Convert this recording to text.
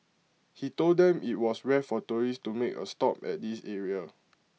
he told them IT was rare for tourists to make A stop at this area